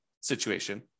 situation